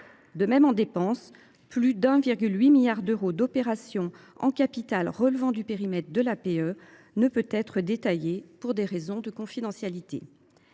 un montant de plus de 1,8 milliard d’euros consacré aux opérations en capital relevant du périmètre de l’APE ne peut être détaillé pour des raisons de confidentialité.